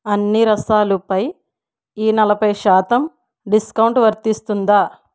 అన్ని రసాలుపై ఈ నలపై శాతం డిస్కౌంట్ వర్తిస్తుందా